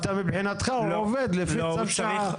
מבחינתך עובד לפי צו שעה.